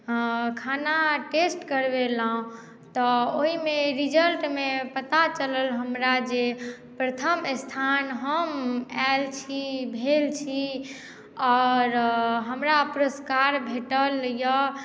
खाना टेस्ट करवेलहुँ तऽ ओहिमे रिजल्टमे पता चलल हमरा जे प्रथम स्थान हम आएल छी भेल छी आओर हमरा पुरस्कार भेटल यऽ